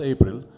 April